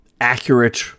accurate